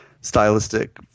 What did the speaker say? stylistic